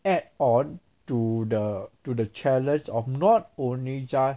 add on to the to the challenge of not only just